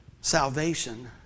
salvation